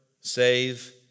save